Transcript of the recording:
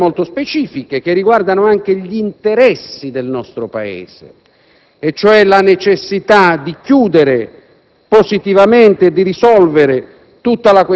clandestina. Altre ragioni molto specifiche riguardano gli interessi del nostro Paese e cioè la necessità di chiudere